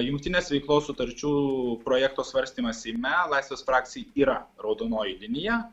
jungtinės veiklos sutarčių projekto svarstymas seime laisvės frakcijai yra raudonoji linija